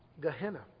Gehenna